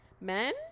Men